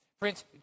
Prince